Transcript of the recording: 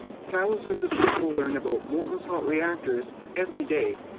thousands of people learn about molten salt reactors every day,